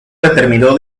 determinó